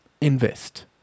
invest